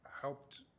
helped